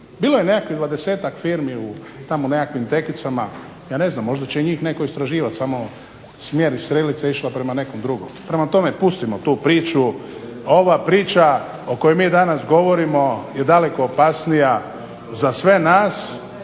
Bilo je nekakvih 20-ak firmi u tamo nekakvim tekicama, ja ne znam, možda će i njih netko istraživati samo je smjer i strelica išla prema nekom drugom, prema tome pustimo tu priču, ova priča o kojoj mi danas govorimo je daleko opasnija za sve nas,